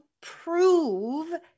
prove